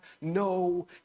no